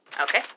Okay